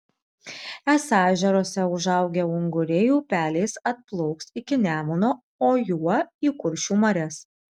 esą ežeruose užaugę unguriai upeliais atplauks iki nemuno o juo į kuršių marias